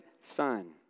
son